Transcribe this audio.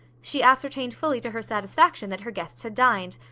she ascertained fully to her satisfaction that her guests had dined.